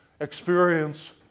experience